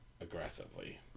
aggressively